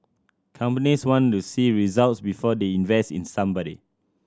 companies want to see results before they invest in somebody